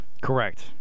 Correct